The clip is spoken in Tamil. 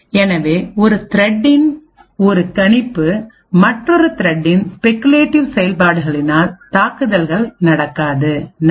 எனவே ஒரு த்ரெட்டின் ஒரு கணிப்பு மற்றொரு த்ரெட்டின் ஸ்பெகுலேட்டிவ் செயல்பாடுகளினால் தாக்குதல்கள் நடக்காது நன்றி